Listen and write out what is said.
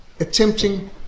attempting